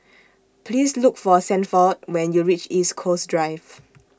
Please Look For Sanford when YOU REACH East Coast Drive